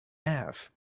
have